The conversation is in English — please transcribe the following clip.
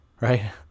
right